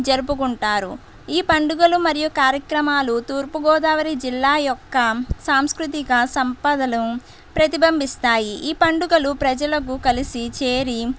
జరుపుకుంటారు ఈ పండుగలు మరియు కార్యక్రమాలు తూర్పు గోదావరి జిల్లా యొక్క సాంస్కృతిక సంపదలో ప్రతిబంబిస్తాయి ఈ పండుగలు ప్రజలకు కలిసి చేరి